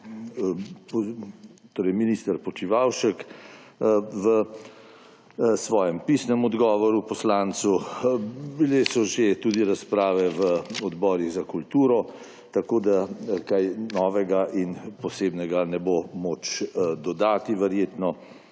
tudi minister Počivalšek v svojem pisnem odgovoru poslancu, bile so že tudi razprave v Odboru za kulturo, tako da kaj novega in posebnega ne bo moč dodati. Verjetno